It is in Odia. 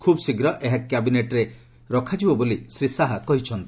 ଖୁବ୍ଶୀଘ୍ର ଏହା କ୍ୟାବିନେଟ୍ରେ ରଖାଯିବ ବୋଲି ଶ୍ରୀ ଶାହା କହିଛନ୍ତି